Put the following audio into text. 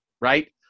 right